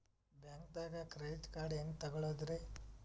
ಬ್ಯಾಂಕ್ದಾಗ credit card ಹೆಂಗ್ ತಗೊಳದ್ರಿ?